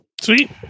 Sweet